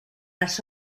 les